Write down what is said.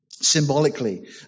Symbolically